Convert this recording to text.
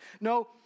no